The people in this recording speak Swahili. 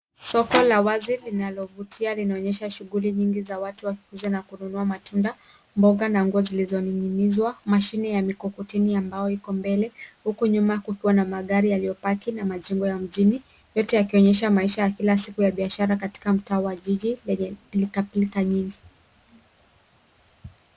Soko la wazi linalovutia linaonyesha shughuli nyingi za watu wakiuza na kununua matunda, mboga, na nguo zilizoning'inizwa. Mashine ya mikokoteni ambayo iko mbele huku nyuma kukiwa na magari yaliyopaki na majengo ya mjini, yote yakionyesha maisha ya kila siku ya biashara katika mtaa wa jiji lenye pilkapilka nyingi.